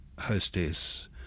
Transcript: hostess